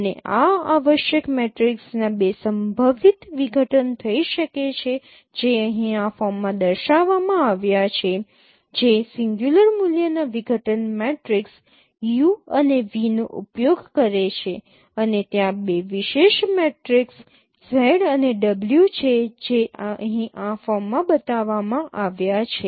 અને આ આવશ્યક મેટ્રિક્સના બે સંભવિત વિઘટન થઈ શકે છે જે અહીં આ ફોર્મમાં દર્શાવવામાં આવ્યા છે જે સિંગ્યુંલર મૂલ્યના વિઘટન મેટ્રિક્સ U અને V નો ઉપયોગ કરે છે અને ત્યાં બે વિશેષ મેટ્રિક્સ Z અને W છે જે અહીં આ ફોર્મમાં બતાવ્યા છે